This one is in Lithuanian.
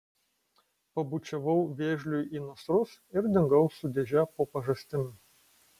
pabučiavau vėžliui į nasrus ir dingau su dėže po pažastim